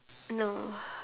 no